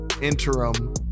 interim